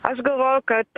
aš galvoju kad